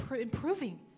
improving